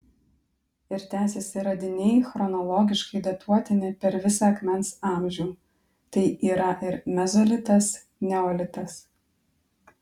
ir tęsiasi radiniai chronologiškai datuotini per visą akmens amžių tai yra ir mezolitas neolitas